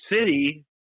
city